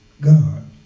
God